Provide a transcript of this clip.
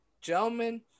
gentlemen